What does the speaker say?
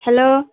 hello